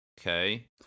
okay